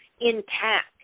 intact